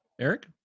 Eric